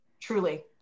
Truly